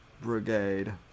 Brigade